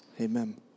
Amen